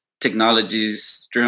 technologies